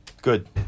Good